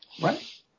Right